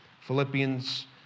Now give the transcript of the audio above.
Philippians